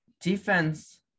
defense